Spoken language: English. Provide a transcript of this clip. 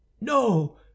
no